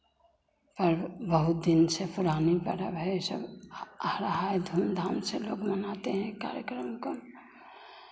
पर्व बहुत दिन से पुरानी पर्व है ई सब हर हाय धूमधाम से लोग मनाते हैं कार्यक्रम कम